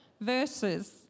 verses